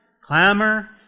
clamor